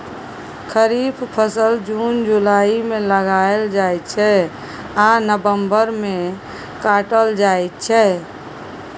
खरीफ फसल जुन जुलाई मे लगाएल जाइ छै आ नबंबर मे काटल जाइ छै